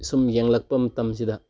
ꯁꯨꯝ ꯌꯦꯡꯂꯛꯄ ꯃꯇꯝ ꯑꯁꯤꯗ